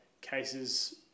cases